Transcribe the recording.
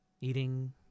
Eating